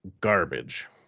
garbage